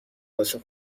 واسه